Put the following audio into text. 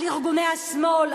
על ארגוני השמאל,